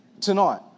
tonight